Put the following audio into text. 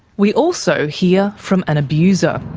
we also hear from an abuser.